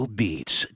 beats